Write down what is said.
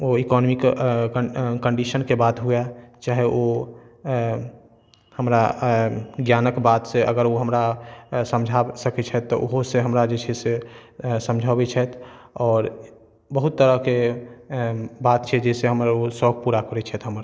ओ economic कन्डिशनके बात हुए चाहे ओ हमरा ज्ञानक बातसँ अगर ओ हमरा समझा सकैत छथि तऽ ओहोसँ हमरा जे छै से समझौबै छथि आओर बहुत तरहके बात छै जाहिसँ हमर ओ शौक पूरा करै छथि हमर